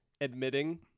admitting